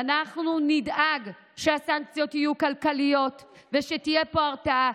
ואנחנו נדאג שהסנקציות יהיו כלכליות ושתהיה פה הרתעה.